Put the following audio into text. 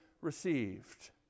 received